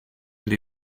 with